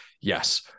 yes